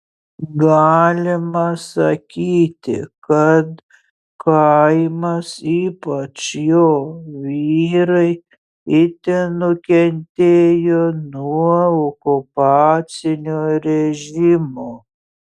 galima sakyti kad kaimas ypač jo vyrai itin nukentėjo nuo okupacinio režimo